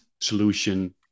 solution